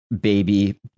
baby